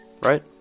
right